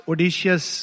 Odysseus